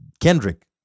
Kendrick